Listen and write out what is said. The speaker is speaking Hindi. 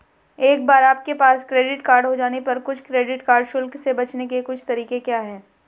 एक बार आपके पास क्रेडिट कार्ड हो जाने पर कुछ क्रेडिट कार्ड शुल्क से बचने के कुछ तरीके क्या हैं?